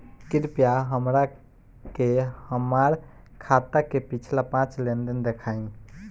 कृपया हमरा के हमार खाता के पिछला पांच लेनदेन देखाईं